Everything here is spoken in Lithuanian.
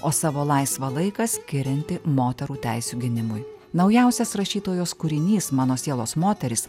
o savo laisvą laiką skirianti moterų teisių gynimui naujausias rašytojos kūrinys mano sielos moteris